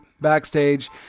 backstage